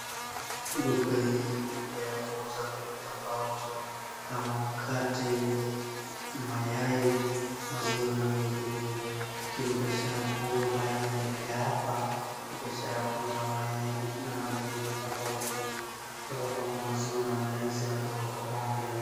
Duka hii ni duka ya kuuza vitu tofauti kama mkate ,mayai, maziwa na mengineyo. Lakini biashara kuu ambaye inaendelea hapa ni biashara ya kuuza mayai na majeni tofauti kwa sababu maziwa na mayai zinatoka kwa bombe.